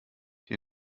die